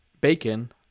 bacon